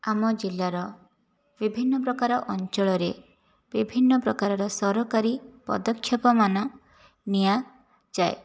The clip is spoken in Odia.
ଆମ ଜିଲ୍ଲାର ବିଭିନ୍ନ ପ୍ରକାର ଅଞ୍ଚଳରେ ବିଭିନ୍ନ ପ୍ରକାରର ସରକାରୀ ପଦକ୍ଷେପମାନ ନିଆଯାଏ